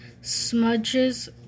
Smudges